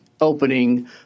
opening